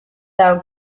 thou